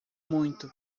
muito